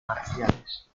marciales